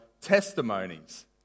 testimonies